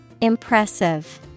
Impressive